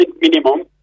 minimum